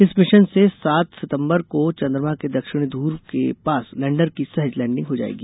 इस मिशन से सात सितम्बर को चंद्रमा के दक्षिणी ध्रव के पास लैंडर की सहज लैंडिंग हो जाएगी